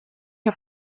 auf